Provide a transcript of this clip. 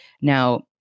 Now